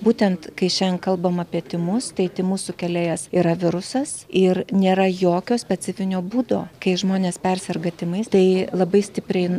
būtent kai šiandien kalbam apie tymus tai tymų sukėlėjas yra virusas ir nėra jokio specifinio būdo kai žmonės perserga tymais tai labai stipriai